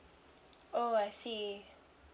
oh I see